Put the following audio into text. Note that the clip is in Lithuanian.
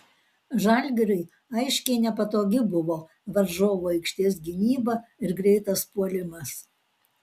žalgiriui aiškiai nepatogi buvo varžovų aikštės gynyba ir greitas puolimas